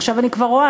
עכשיו אני כבר רואה,